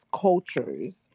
cultures